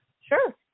Sure